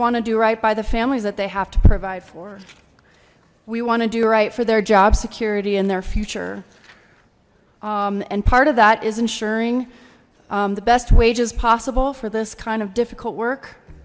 want to do right by the families that they have to provide for we want to do right for their job security in their future and part of that is ensuring the best wages possible for this kind of difficult work